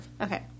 Okay